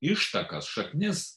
ištakas šaknis